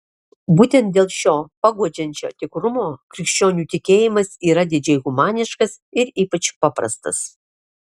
būtent dėl šio paguodžiančio tikrumo krikščionių tikėjimas yra didžiai humaniškas ir ypač paprastas